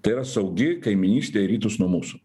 tai yra saugi kaimynystė į rytus nuo mūsų